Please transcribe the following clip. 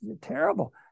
terrible